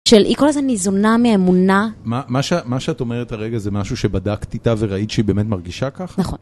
של היא כל הזמן ניזונה מאמונה. מה שאת אומרת הרגע זה משהו שבדקת איתה וראית שהיא באמת מרגישה ככה? נכון.